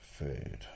food